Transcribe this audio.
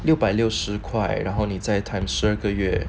六百六十块然后你在 time 十二个月